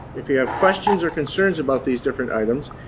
if you have questions or concerns about these different items,